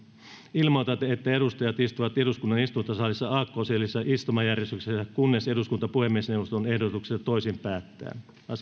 ilmoitan että edustajat istuvat eduskunnan istuntosalissa aakkosellisessa istumajärjestyksessä kunnes eduskunta puhemiesneuvoston ehdotuksesta toisin päättää